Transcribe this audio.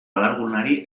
alargunari